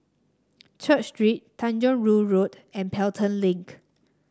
Church Street Tanjong Rhu Road and Pelton Link